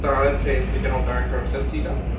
but alethse is the general director of censida,